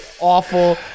awful